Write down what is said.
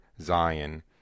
Zion